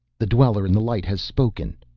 the dweller in the light has spoken!